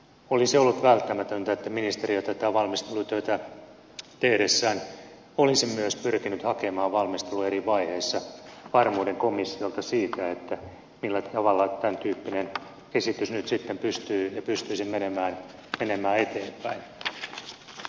olisi ollut välttämätöntä että ministeriö tätä valmistelutyötä tehdessään olisi myös pyrkinyt hakemaan valmistelun eri vaiheissa varmuuden komissiolta siitä millä tavalla tämän tyyppinen esitys nyt sitten pystyisi menemään eteenpäin